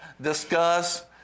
discuss